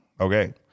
Okay